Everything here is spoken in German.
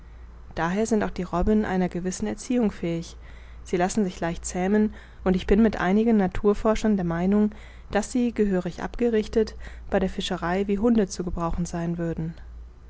daher sind auch die robben einer gewissen erziehung fähig sie lassen sich leicht zähmen und ich bin mit einigen naturforschern der meinung daß sie gehörig abgerichtet bei der fischerei wie hunde zu gebrauchen sein würden